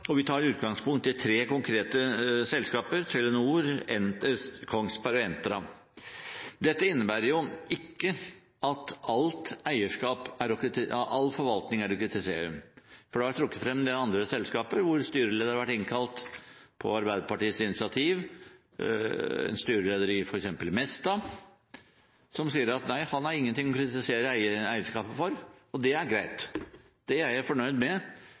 eierskap. Vi tar utgangspunkt i tre konkrete selskaper: Telenor, Kongsberg Gruppen og Entra. Dette innebærer ikke å kritisere all forvaltning. Det har blitt trukket frem en del andre selskaper hvor styreleder har blitt innkalt på Arbeiderpartiets initiativ, f.eks. en styreleder i Mesta, som sier at han har ingenting å kritisere eierskapet for, og det er greit. Det er jeg fornøyd med.